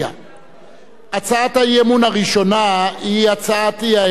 הצעת האי-אמון הראשונה היא הצעת האי-אמון של